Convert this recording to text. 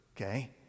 okay